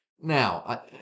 Now